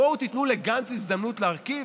בואו תיתנו לגנץ הזדמנות להרכיב,